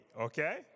okay